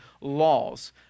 laws